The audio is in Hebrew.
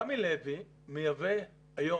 רמי לוי מייבא היום,